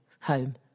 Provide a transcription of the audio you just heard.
home